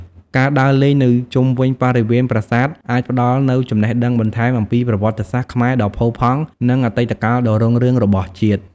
ការដើរលេងនៅជុំវិញបរិវេណប្រាសាទអាចផ្តល់នូវចំណេះដឹងបន្ថែមអំពីប្រវត្តិសាស្ត្រខ្មែរដ៏ផូរផង់និងអតីតកាលដ៏រុងរឿងរបស់ជាតិ។